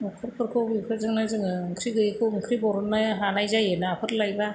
न'खरफोरखौ बेफोरजोंनो जोङो ओंख्रि गोयिखौ ओंख्रि बरननो हानाय जायो नाफोर लायबा